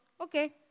okay